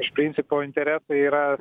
iš principo interesai yra